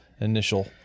initial